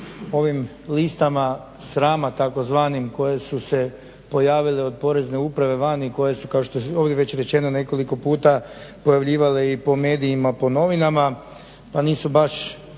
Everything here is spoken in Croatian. ovim listama srama tzv. koje su se pojavile od Porezne uprave van i koje su kao što je ovdje već rečeno nekoliko puta pojavljivale i po medijima po novinama pa nisu baš